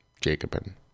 Jacobin